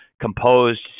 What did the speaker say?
composed